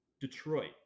Detroit